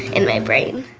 in my brain